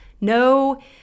no